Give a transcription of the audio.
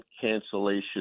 cancellation